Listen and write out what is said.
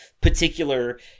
particular